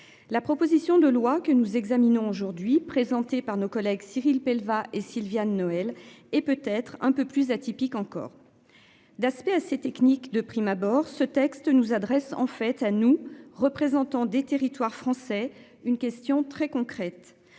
La proposition de loi que nous examinons aujourd'hui présentée par nos collègues Cyril belva et Sylviane Noël et peut être un peu plus atypique encore. D'aspect assez techniques de prime abord, ce texte nous adresse en fait à nous représentant des territoires français, une question très concrète,